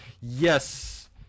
Yes